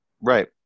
Right